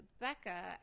Becca